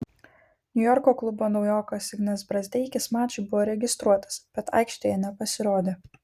niujorko klubo naujokas ignas brazdeikis mačui buvo registruotas bet aikštėje nepasirodė